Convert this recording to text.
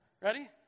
Ready